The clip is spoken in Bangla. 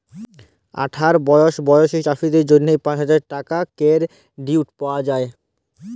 আঠার বসর বয়েসী চাষীদের জ্যনহে পাঁচ হাজার টাকার কেরডিট পাউয়া যায়